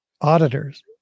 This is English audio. auditors